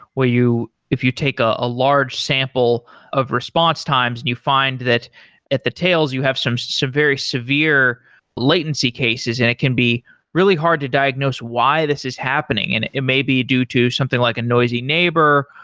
where if you take ah a large sample of response times and you find that at the tails, you have some some very severe latency cases and it can be really hard to diagnose why this is happening, and it may be due to something like a noisy neighbor,